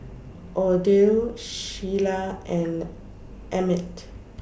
Odile Sheila and Emit